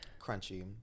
crunchy